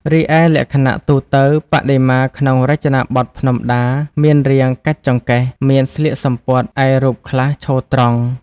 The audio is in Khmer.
រីឯលក្ខណៈទូទៅ បដិមាក្នុងរចនាបថភ្នំដាមានរាង កាច់ចង្កេះ មាន ស្លៀកសំពត់ ឯរូបខ្លះឈរត្រង់។